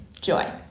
Joy